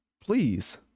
please